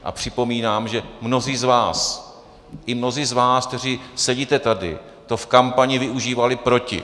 A připomínám, že mnozí z vás, i mnozí z vás, kteří sedíte tady, to v kampani využívali proti.